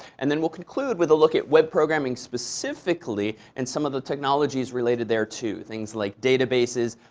and then we'll conclude with a look at web programming specifically and some of the technologies related there, too things like databases,